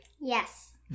Yes